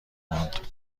ماند